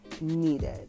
needed